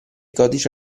codice